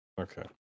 Okay